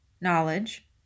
knowledge